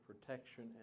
protection